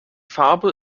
farbe